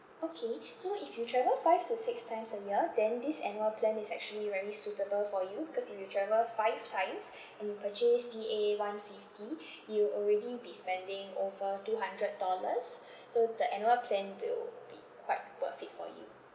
okay so if you travel five to six times a year then this annual plan is actually very suitable for you because if you travel five times and you purchase d a one fifty you already be spending over two hundred dollars so the annual plan will be quite perfect for you